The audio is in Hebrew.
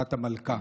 שבת המלכה,